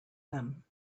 them